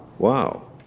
wow,